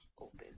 open